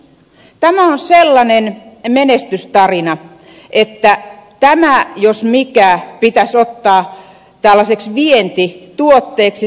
tämä on sellainen menestystarina että tämä jos mikä pitäisi ottaa vientituotteeksi suomesta